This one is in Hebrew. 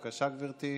בבקשה, גברתי,